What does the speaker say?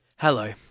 Hello